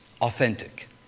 authentic